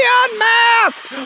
unmasked